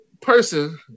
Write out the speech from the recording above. person